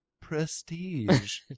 Prestige